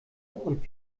und